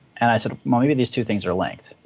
and i said, well, maybe these two things are linked.